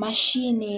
Mashine,